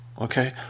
okay